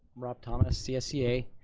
rob thomas csea.